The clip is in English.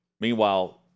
Meanwhile